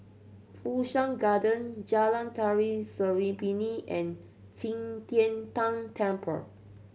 Fu Shan Garden Jalan Tari Serimpi and Qi Tian Tan Temple